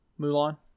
Mulan